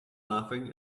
laughing